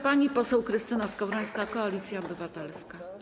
Pani poseł Krystyna Skowrońska, Koalicja Obywatelska.